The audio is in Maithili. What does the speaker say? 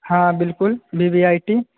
हॅं बिल्कुल बी बी आइ टी